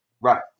Right